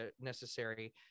necessary